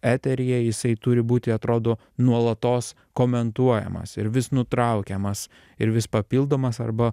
eteryje jisai turi būti atrodo nuolatos komentuojamas ir vis nutraukiamas ir vis papildomas arba